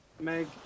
Meg